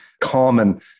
common